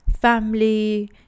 family